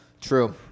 True